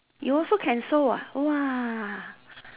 you also can sew ah !wah!